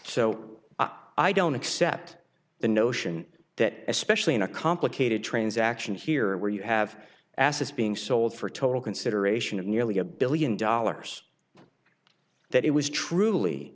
so i don't accept the notion that especially in a complicated transaction here where you have assets being sold for total consideration of nearly a billion dollars that it was truly